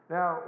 Now